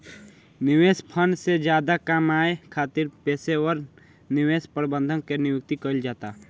निवेश फंड से फायदा कामये खातिर पेशेवर निवेश प्रबंधक के नियुक्ति कईल जाता